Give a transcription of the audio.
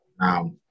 Now